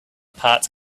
parts